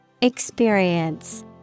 Experience